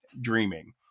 dreaming